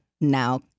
now